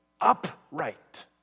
upright